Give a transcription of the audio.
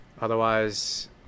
Otherwise